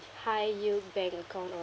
high yield bank account of